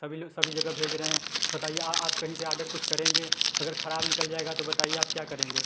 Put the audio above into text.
सभी लोग सभी जगह भेज रहे हैं बताइए आप कहीं से आडर कुछ करेंगे अगर ख़राब निकल जाएगा तो बताइए आप क्या करेंगे